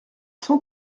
cent